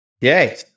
yay